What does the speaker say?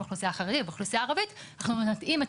באוכלוסייה חרדית באוכלוסייה ערבית אנחנו נתאים את